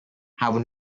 have